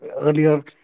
earlier